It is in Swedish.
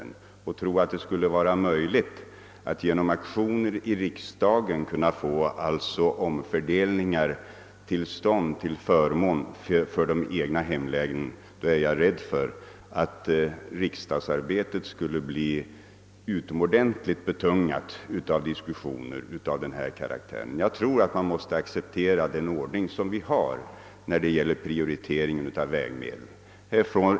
Detsamma skulle bli fallet om vi skulle tro att bekymmer av denna karaktär återfinnes enbart i våra hemlän, om vi skulle tro att det vore möjligt att genom aktioner i riksdagen kunna få en omfördelning till stånd till förmån för de egna hemlänen. Herr Westberg inser nog detta. Vi måste nog acceptera den ordning som vi har när det gäller prioritering av vägmedel.